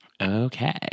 Okay